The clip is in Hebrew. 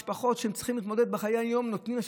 משפחות שצריכות להתמודד בחיי היום-יום נותנות עכשיו,